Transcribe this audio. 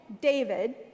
David